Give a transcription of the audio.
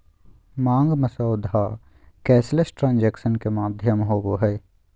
मांग मसौदा cashless transaction के माध्यम होबो हइ